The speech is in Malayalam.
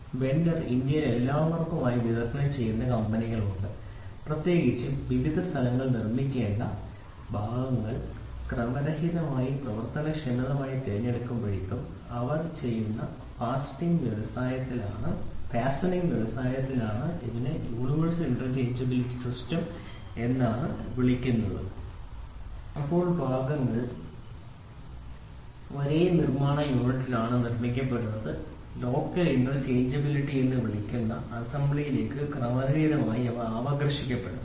ഒരു വെണ്ടർ ഇന്ന് ഇന്ത്യയിൽ എല്ലാവർക്കുമായി വിതരണം ചെയ്യുന്ന കമ്പനികളുണ്ട് പ്രത്യേകിച്ചും വിവിധ സ്ഥലങ്ങളിൽ നിർമ്മിക്കേണ്ട ഭാഗങ്ങൾ ക്രമരഹിതമായി പ്രവർത്തനക്ഷമമായി തിരഞ്ഞെടുക്കുമ്പോൾ അവർ ചെയ്യുന്ന ഫാസ്റ്റണിംഗ് വ്യവസായത്തിലാണ് അവർ ഇതിനെ യൂണിവേഴ്സൽ ഇന്റർചേഞ്ചബിലിറ്റിറ്റം എന്ന് വിളിക്കുന്നത് എപ്പോൾ ഭാഗങ്ങൾ ഒരേ നിർമ്മാണ യൂണിറ്റിലാണ് നിർമ്മിക്കുന്നത് ലോക്കൽ ഇന്റർചേഞ്ചബിലിറ്റി എന്ന് വിളിക്കുന്ന അസംബ്ലിയിലേക്ക് ക്രമരഹിതമായി ആകർഷിക്കപ്പെടുന്നു